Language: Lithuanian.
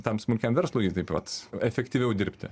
tam smulkiam verslui taip vat efektyviau dirbti